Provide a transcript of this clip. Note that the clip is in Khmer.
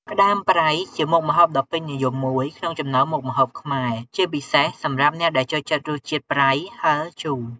ក្តាមប្រៃជាមុខម្ហូបដ៏ពេញនិយមមួយក្នុងចំណោមមុខម្ហូបខ្មែរ ជាពិសេសសម្រាប់អ្នកដែលចូលចិត្តរសជាតិប្រៃ ហិរ ជូរ។